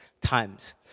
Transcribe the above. times